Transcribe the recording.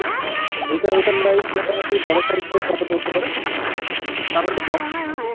আচ্ছা ওইটা ওইটার প্রাইজ মোটামুটি বড়ো সাইজটার কত পড়তে পারে না আমার বড়ো সাইজ লাগবে